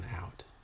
out